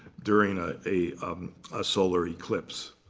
during ah a ah solar eclipse.